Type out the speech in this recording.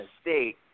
state